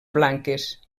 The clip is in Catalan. blanques